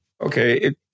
Okay